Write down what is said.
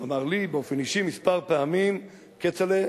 הוא אמר לי באופן אישי כמה פעמים: כצל'ה,